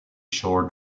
shore